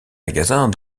magasins